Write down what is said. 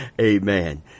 Amen